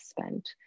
spent